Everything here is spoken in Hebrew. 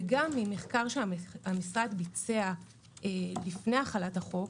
וגם במחקר שהמשרד ביצע לפני החלת החוק